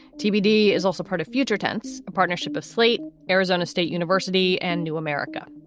tbd is also part of future tense, a partnership of slate, arizona state university and new america.